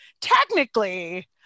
technically